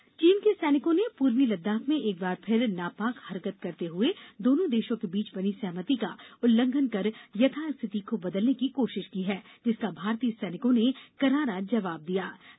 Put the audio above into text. रक्षा मंत्रालय चीन के सैनिकों ने पूर्वी लद्दाख में एक बार फिर नापाक हरकत करते हुए दोनों देशों के बीच बनी सहमति का उल्लंघन कर यथास्थिति को बदलने की कोशिश की है जिसका भारतीय सैनिकों ने करारा जवाब दिया और विफल कर दिया है